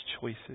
choices